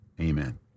Amen